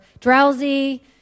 drowsy